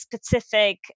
specific